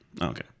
okay